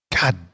God